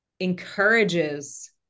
encourages